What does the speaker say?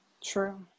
true